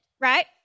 right